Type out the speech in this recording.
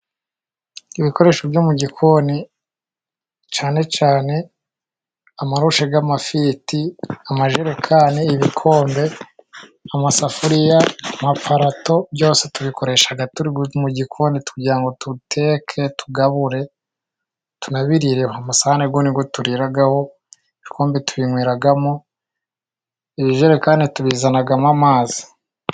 Ibikoresho byo mu gikoni cyane cye amarushe y'amafiriti, amajerekani, ibikombe, amasafuriya, amaparato, byose tubikoresha mu gikoni kugira ngo tuteke, tugabure, tunabirireho. Amasaregu ni yo turiraraho, ibikombe tubinyweramo, ibijerekani tubizanamo amazi.